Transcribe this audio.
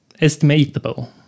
estimatable